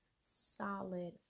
solid